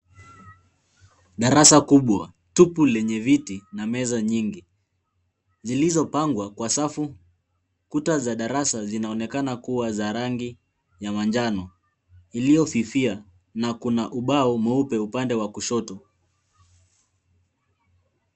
Darasa kubwa, tupu lenye viti na meza nyingi zilizopangwa kwa safu. Kuta za darasa zinaonekana kuwa za rangi ya manjano iliyo-fifia na kuna ubao meupe upande wa kushoto.